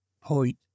point